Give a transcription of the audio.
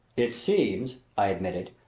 it seems, i admitted,